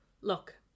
look